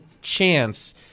chance